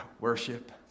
worship